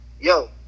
yo